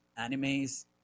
animes